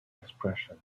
expression